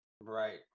right